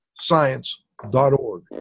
science.org